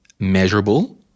Measurable